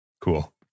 Cool